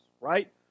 right